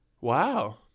Wow